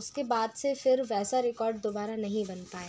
उसके बाद से फिर वैसा रिकार्ड दुबारा नहीं बन पाया